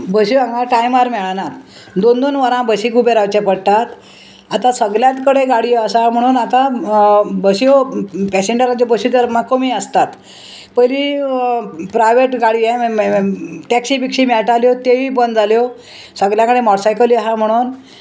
बश्यो हांगा टायमार मेळनात दोन दोन वरां बशीक उबें रावचें पडटात आतां सगळ्यांत कडे गाडयो आसा म्हणून आतां बसयो पॅसेंजराच्यो बश्यो तर म्हाका कमी आसतात पयलीं प्रायवेट गाडयो हें टॅक्सी बिक्षी मेयटाल्यो त्योय बंद जाल्यो सगल्या कडेन मोटसायकली आहा म्हणोन